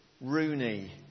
Rooney